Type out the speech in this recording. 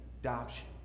adoption